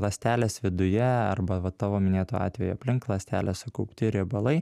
ląstelės viduje arba va tavo minėtu atveju aplink ląstelę sukaupti riebalai